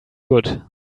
good